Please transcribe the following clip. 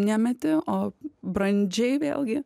nemeti o brandžiai vėlgi